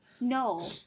no